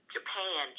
Japan